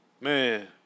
Man